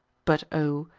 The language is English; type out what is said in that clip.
but, o!